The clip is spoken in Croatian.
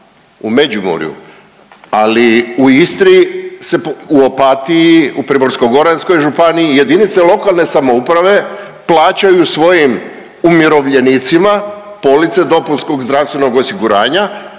u Međimurju, ali u Istri se, u Opatiji, u Primorsko-goranskoj županiji, jedinice lokalne samouprave plaćaju svojim umirovljenicima police dopunskog zdravstvenog osiguranja,